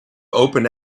open